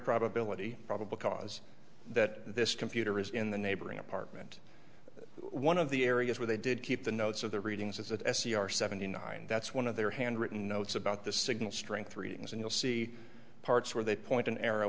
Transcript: probability probable cause that this computer is in the neighboring apartment one of the areas where they did keep the notes of the readings is that s e r seventy nine that's one of their handwritten notes about the signal strength readings and you'll see parts where they point an arrow